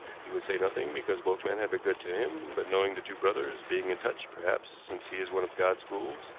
he would say nothing, because both men had been good to him but knowing the two brothers, being in touch, perhaps, since he is one of god's fools,